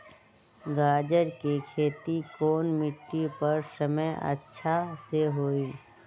गाजर के खेती कौन मिट्टी पर समय अच्छा से होई?